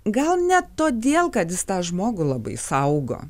gal ne todėl kad jis tą žmogų labai saugo